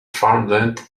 farmland